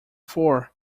four